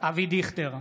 אבי דיכטר,